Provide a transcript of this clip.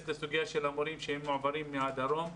לסוגיה של המורים שמועברים מהדרום.